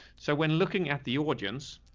so when looking at the audience,